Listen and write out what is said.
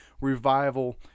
revival